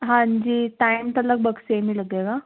ਹਾਂਜੀ ਟਾਈਮ ਤਾਂ ਲਗਭਗ ਸੇਮ ਹੀ ਲੱਗੇਗਾ